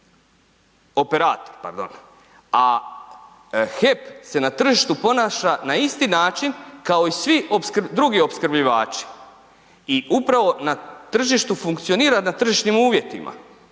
operator pardon, a HEP se na tržištu ponaša na isti način kao i svi drugi opskrbljivači i upravo na tržištu funkcionira na tržišnim uvjetima